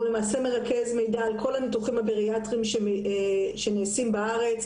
הוא למעשה מרכז מידע על כל הניתוחים הבריאטריים שנעשים בארץ,